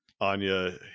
Anya